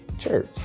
church